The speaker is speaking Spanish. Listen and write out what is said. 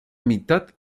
mitad